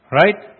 right